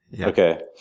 Okay